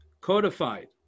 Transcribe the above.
codified